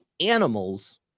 animals